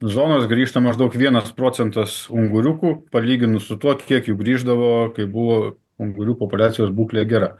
zonos grįžta maždaug vienas procentas unguriukų palyginus su tuo kiek jų grįždavo kai buvo ungurių populiacijos būklė gera